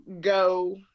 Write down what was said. go